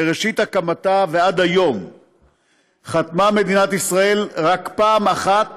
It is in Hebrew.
מראשית הקמתה ועד היום חתמה מדינת ישראל רק פעם אחת